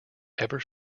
ever